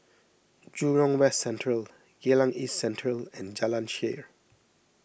Jurong West Central Geylang East Central and Jalan Shaer